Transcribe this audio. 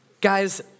Guys